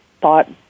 thought